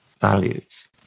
values